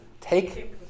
take